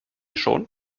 schon